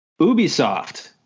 Ubisoft